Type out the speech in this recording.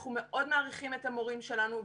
אנחנו מאוד מעריכים את המורים שלנו.